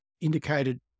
indicated